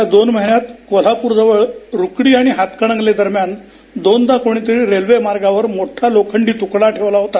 गेल्या दोन महिन्यात कोल्हापूर जवळ रुकडी आणि हातकणंगले स्थानकां दरम्यान दोनदा कोणीतरी रेल्वे मार्गावर मोठा लोखंडी तुकडा ठेवला होता